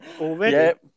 already